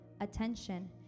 attention